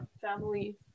family